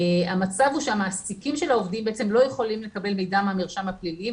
המצב הוא שהמעסיקים של העובדים לא יכולים לקבל מידע מהמרשם הפלילי,